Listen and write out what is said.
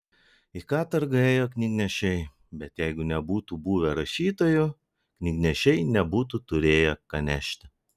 į katorgą ėjo knygnešiai bet jeigu nebūtų buvę rašytojų knygnešiai nebūtų turėję ką nešti